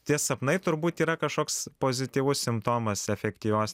tie sapnai turbūt yra kažkoks pozityvus simptomas efektyvios